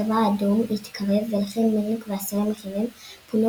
הצבא האדום התקרב ולכן מלניק ואסירים אחרים פונו